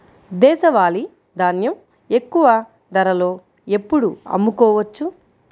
దేశవాలి ధాన్యం ఎక్కువ ధరలో ఎప్పుడు అమ్ముకోవచ్చు?